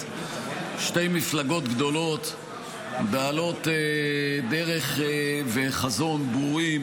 שתי מפלגות גדולות בעלות דרך וחזון ברורים,